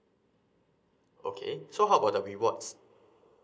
okay so how about the rewards